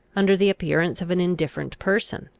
under the appearance of an indifferent person.